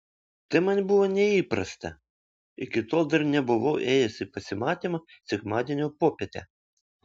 tai man buvo neįprasta iki tol dar nebuvau ėjęs į pasimatymą sekmadienio popietę